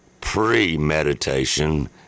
Premeditation